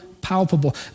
palpable